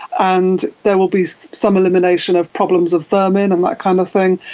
and there will be some elimination of problems of vermin and that kind of thing.